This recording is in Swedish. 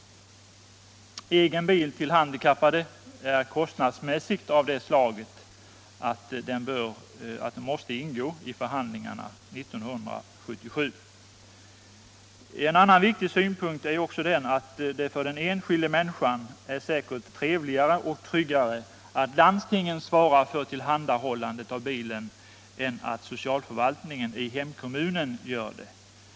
Frågan om egen bil till handikappade är kostnadsmässigt av det slaget att den måste ingå i förhandlingarna 1977. En viktig synpunkt är att det för den enskilde säkerligen är trevligare och tryggare att landstingen svarar för tillhandahållandet av bilen än att socialförvaltningen i hemkommunen gör det.